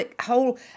whole